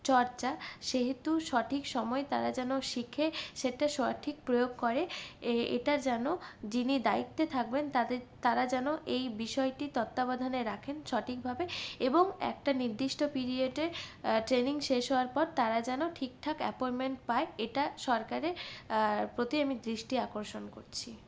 চর্চা সেহেতু সঠিক সময় তারা যেন শেখে সেটা সঠিক প্রয়োগ করে এটা যেন যিনি দায়িত্বে থাকবে তাদের তারা যেন এই বিষয়টি তত্বাবধানে রাখেন সঠিকভাবে এবং একটা নির্দিষ্ট পিরিয়ডে ট্রেনিং শেষ হওয়ার পর তারা যেন ঠিক ঠাক অ্যাপয়েন্টমেন্ট পায় এটা সরকারের প্রতি আমি দৃষ্টি আকর্ষণ করছি